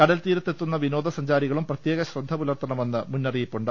കടൽതീരത്ത് എത്തുന്ന വിനോദ സഞ്ചാരികളും പ്രത്യേക ശ്രദ്ധ പുലർത്തണമെന്ന് മുന്നറിയിപ്പുണ്ട്